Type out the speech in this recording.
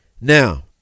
Now